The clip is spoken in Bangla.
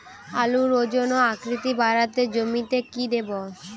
আলুর ওজন ও আকৃতি বাড়াতে জমিতে কি দেবো?